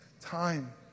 time